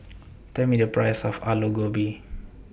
Tell Me The Price of Aloo Gobi